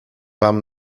wam